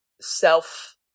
self